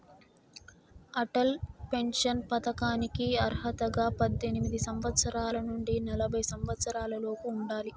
Atal pension పథకానికి అర్హతగా పద్దెనిమిది సంవత్సరాల నుండి నలభై సంవత్సరాలలోపు ఉండాలి